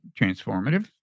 transformative